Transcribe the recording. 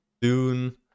dune